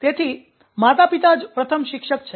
તેથી માતાપિતા જ પ્રથમ શિક્ષક છે